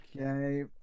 Okay